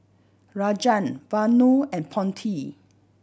Rajan Vanu and Potti